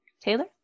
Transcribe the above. Taylor